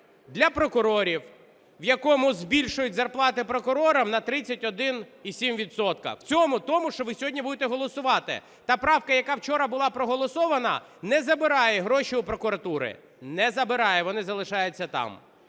для прокурорів, в якому збільшують зарплати прокурорам на 31,7 відсотка в цьому, в тому, що ви сьогодні будете голосувати. Та правка, яка вчора була проголосована, не забирає гроші у прокуратури, не забирає, вони залишаються там.